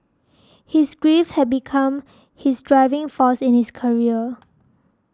his grief had become his driving force in his career